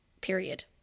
period